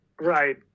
right